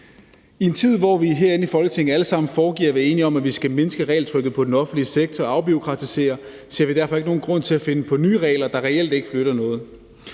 sammen foregiver at være enige om, at vi skal mindske regeltrykket på den offentlige sektor og afbureaukratisere, ser vi derfor ikke nogen grund til at finde på nye regler, der reelt ikke flytter noget.